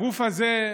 הגוף הזה,